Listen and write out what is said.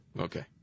Okay